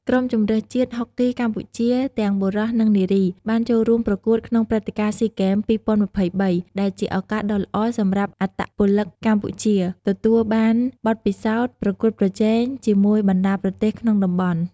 ក្រុមជម្រើសជាតិហុកគីកម្ពុជាទាំងបុរស និងនារី បានចូលរួមប្រកួតក្នុងព្រឹត្តិការណ៍ស៊ីហ្គេម ២០២៣ ដែលជាឱកាសដ៏ល្អសម្រាប់អត្តពលិកកម្ពុជាទទួលបានបទពិសោធន៍ប្រកួតប្រជែងជាមួយបណ្ដាប្រទេសក្នុងតំបន់។